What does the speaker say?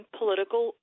political